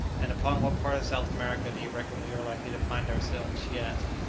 and upon what part of south america do you reckon we are likely to find ourselves? she asked.